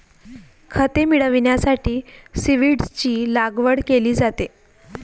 खते मिळविण्यासाठी सीव्हीड्सची लागवड केली जाते